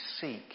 seek